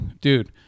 dude